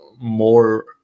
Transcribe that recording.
more